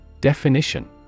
Definition